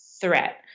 threat